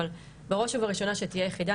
אבל בראש ובראשונה שתהיה יחידה.